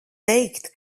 teikt